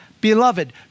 beloved